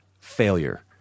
failure